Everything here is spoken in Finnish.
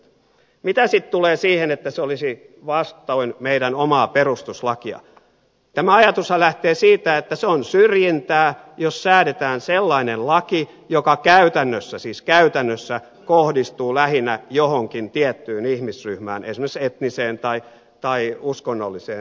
mitä sitten tulee siihen että se olisi vastoin meidän omaa perustuslakiamme tämä ajatushan lähtee siitä että se on syrjintää jos säädetään sellainen laki joka käytännössä siis käytännössä kohdistuu lähinnä johonkin tiettyyn ihmisryhmään esimerkiksi etniseen tai uskonnolliseen ryhmään